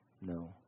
No